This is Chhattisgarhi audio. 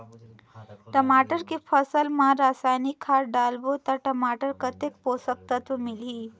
टमाटर के फसल मा रसायनिक खाद डालबो ता टमाटर कतेक पोषक तत्व मिलही?